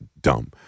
dumb